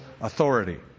authority